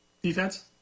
Defense